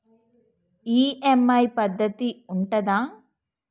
EMI పద్ధతి ఉంటదా?